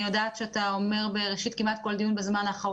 יודעת שבזמן האחרון אתה אומר כמעט בכל דיון.